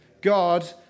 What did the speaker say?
God